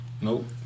Nope